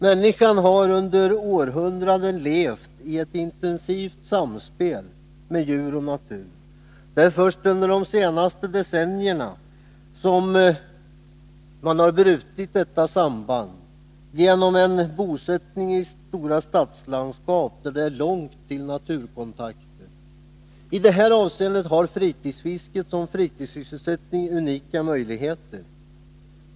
Människan har under århundraden levt i ett intensivt samspel med djur och natur. Det är först under de senaste decennierna som man har brutit detta samband genom en bosättning i stora stadslandskap, där det är långt till naturkontakter. I detta avseende har fritidsfisket som fritidssysselsättning unika möjligheter.